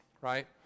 right